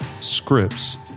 scripts